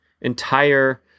entire